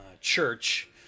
church